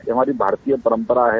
यह हमारी भारतीय परम्परा है